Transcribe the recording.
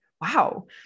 wow